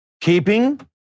Keeping